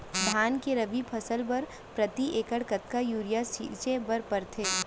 धान के रबि फसल बर प्रति एकड़ कतका यूरिया छिंचे बर पड़थे?